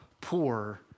poor